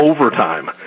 overtime